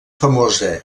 famosa